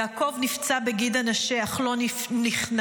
יעקב נפגע בגיד הנשה אך לא נכנע.